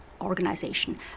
organization